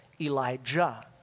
Elijah